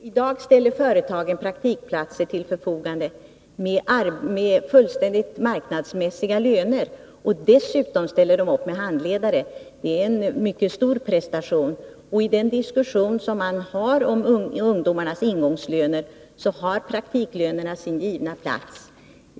Fru talman! I dag ställer företagen praktikplatser till förfogande med fullständigt marknadsmässiga löner, och dessutom ställer de upp med handledare — det är en mycket stor prestation. I den diskussion som vi har om ungdomarnas ingångslöner har frågan om praktiklönerna sin givna plats.